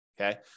Okay